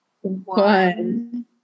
one